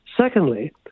Secondly